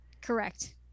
Correct